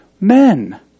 men